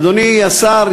אדוני השר,